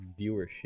viewership